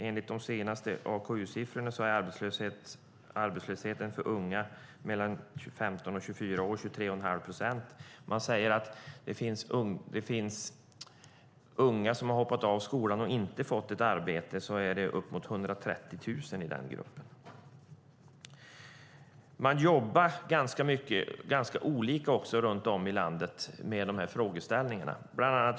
Enligt de senaste AKU-siffrorna är arbetslösheten för unga mellan 15 och 24 år 23,5 procent. De unga som hoppat av skolan och inte fått ett arbete är ca 130 000. Man jobbar ganska olika runt om i landet med dessa frågor.